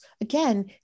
Again